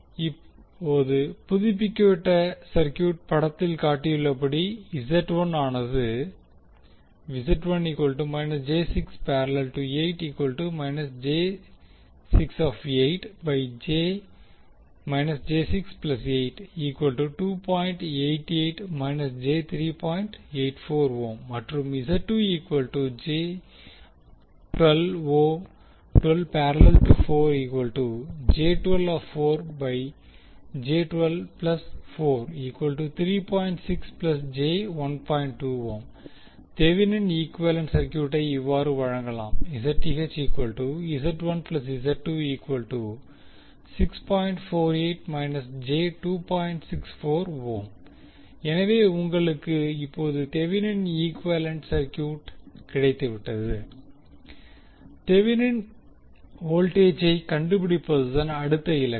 இப்போது புதுப்பிக்கப்பட்ட சர்கியூட் படத்தில் காட்டியுள்ளபடி ஆனது மற்றும் தெவினினின் ஈகுவேலன்ட் சர்கியூட்டை இவ்வாறு வழங்கலாம் எனவே உங்களுக்கு இப்போது தெவினினின் equivalent circuit thevenin's equivalent circuit கிடைத்துவிட்டது தெவினின் வோல்டேஜை கண்டுபிடிப்பதுதான் அடுத்த இலக்கு